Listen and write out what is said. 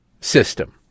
system